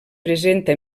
presenta